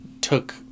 took